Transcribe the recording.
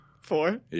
Four